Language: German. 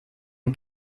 ihm